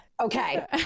Okay